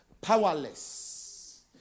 powerless